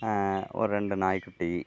ஒரு ரெண்டு நாய்க்குட்டி